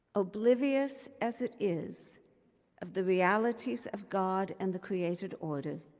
oblivious as it is of the realities of god and the created order,